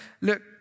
look